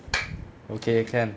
okay can